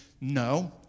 No